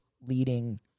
leading